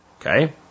Okay